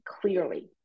clearly